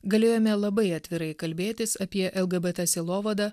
galėjome labai atvirai kalbėtis apie lgbt sielovadą